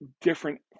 different